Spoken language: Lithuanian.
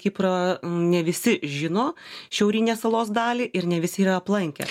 kipro ne visi žino šiaurinę salos dalį ir ne visi yra aplankę